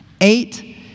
Eight